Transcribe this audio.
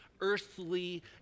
earthly